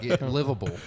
livable